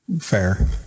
Fair